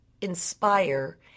inspire